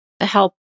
help